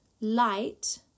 light